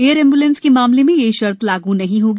air ambulance के मामले में यह शर्त लागू नहीं होगी